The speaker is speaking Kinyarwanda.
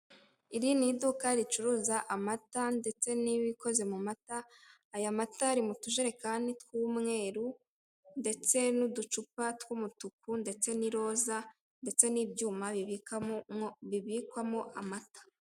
Iri ni iduka ricuruza amata ndetse n' ibikoze mu mata. Aya mata ari mutujerekani tw' umweru ndetse n' uducupa tw' umutuku ndetse n' iroza ndetse n' ibyuma bibikwamo amata.